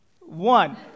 One